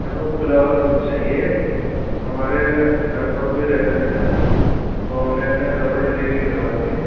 ہمیں کھلا ہوا دودھ چاہیے ہمارے گھر پر کوئی رہتا نہیں نا تو ہمیں اپنے گھر پر ڈلیوری کروانی ہے